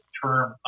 term